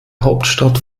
hauptstadt